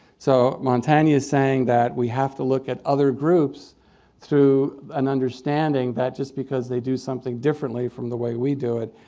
so montagne's saying that we have to look at other groups through an understanding that, just because they do something differently from the way we do it,